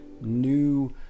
new